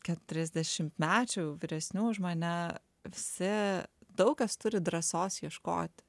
keturiasdešimtmečių vyresnių už mane visi daug kas turi drąsos ieškoti